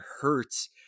Hurts